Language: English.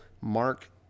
Mark